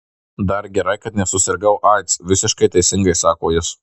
dar gerai kad nesusirgau aids visiškai teisingai sako jis